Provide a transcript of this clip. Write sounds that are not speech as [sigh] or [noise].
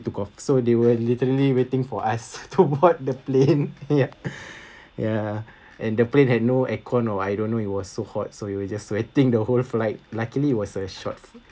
took-off so they were literally waiting for us [laughs] to board the plane yup ya and the plane had no aircon or I don't know it was so hot so you will just sweating the whole flight luckily was a short